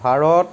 Bharat